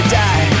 die